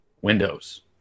windows